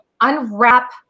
Unwrap